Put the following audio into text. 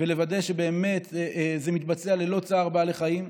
ולוודא שבאמת זה מתבצע ללא צער בעלי חיים.